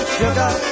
sugar